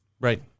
Right